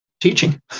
teaching